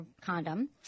condom